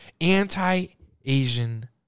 Anti-Asian